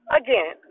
again